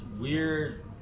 weird